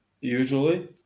Usually